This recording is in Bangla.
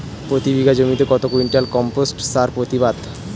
প্রতি বিঘা জমিতে কত কুইন্টাল কম্পোস্ট সার প্রতিবাদ?